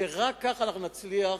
ורק כך אנחנו נצליח